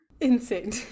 Insane